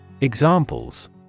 Examples